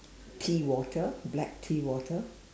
tea water black tea water